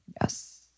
Yes